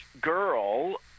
girl